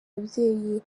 ababyeyi